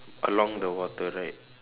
along the water right